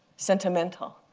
sentimental,